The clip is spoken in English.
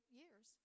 years